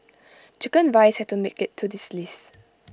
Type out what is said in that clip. Chicken Rice had to make IT to this list